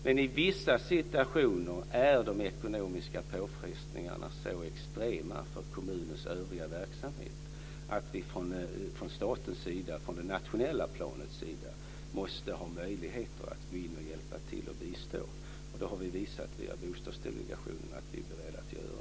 Men i vissa situationer är de ekonomiska påfrestningarna så extrema för kommunernas övriga verksamhet att vi på det nationella planet måste ha möjligheter att gå in och hjälpa till och bistå, och det har vi via Bostadsdelegationen visat att vi är beredda att göra.